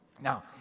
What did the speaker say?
Now